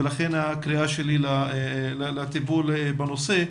ולכן אני קורא לטיפול בנושא הזה.